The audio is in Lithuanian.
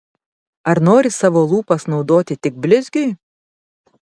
ar nori savo lūpas naudoti tik blizgiui